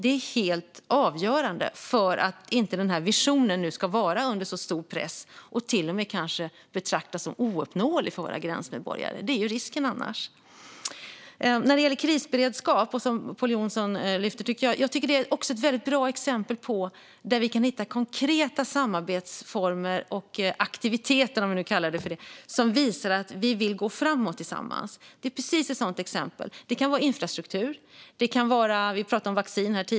Det är helt avgörande för att visionen inte ska vara under så stor press. Annars är risken att våra gränsmedborgare till och med betraktar den som ouppnåelig. Pål Jonson tog upp krisberedskap. Jag tycker att det är ett bra exempel där vi kan hitta konkreta samarbetsformer och aktiviteter, om man får kalla det så, som visar att vi vill gå framåt tillsammans. Det kan gälla infrastruktur. Tidigare talade vi om vaccin.